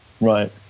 right